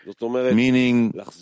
meaning